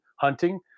hunting